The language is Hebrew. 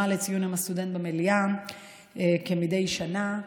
לציון יום הסטודנט במליאה כמדי שנה.